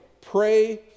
Pray